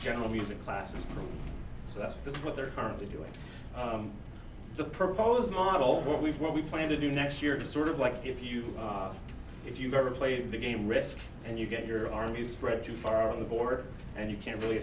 general music classes so that's what they're currently doing the provos model what we've what we plan to do next year is sort of like if you are if you've ever played the game risk and you get your arm is spread too far on the board and you can't really